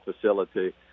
facility